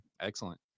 Excellent